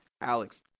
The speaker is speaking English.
Alex